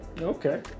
Okay